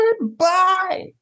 goodbye